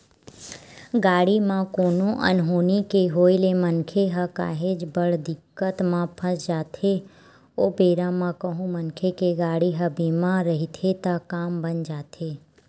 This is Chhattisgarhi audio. गाड़ी म कोनो अनहोनी के होय ले मनखे ह काहेच बड़ दिक्कत म फस जाथे ओ बेरा म कहूँ मनखे के गाड़ी ह बीमा रहिथे त काम बन जाथे